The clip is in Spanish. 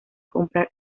comprar